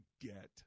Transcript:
get